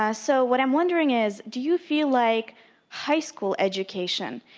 ah so what i'm wondering is, do you feel like high school education,